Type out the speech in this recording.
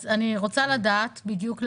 אז אני רוצה לדעת בדיוק למה,